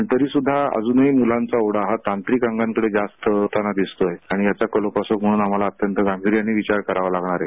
पण तरीसुद्धा अजुनही मुलांचा ओढा हा तांत्रिक अंगाकडे जास्त होताना दिसतोय आणि याचा कलोपासक म्हणून आम्हाला जास्त गांभीर्याने विचार करावा लागणार आहे